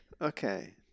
okay